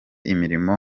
imirimo